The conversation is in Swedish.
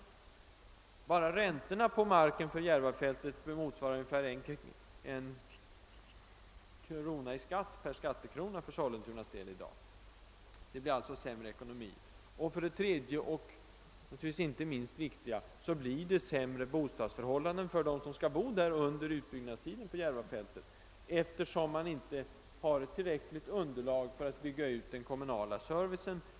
Enbart räntorna för marken på Järvafältet innebär i dag för Sollentunas del en skatt på närmare 1 krona per skattekrona. Det blir alltså sämre ekonomi. För det tredje, och det är naturligtvis inte det minst viktiga, blir det sämre bostadsförhållanden för dem som skall bo på Järvafältet under utbyggnadstiden, eftersom man inte har tillräckligt underlag för en utbyggnad av den kommunala servicen.